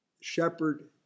Shepherd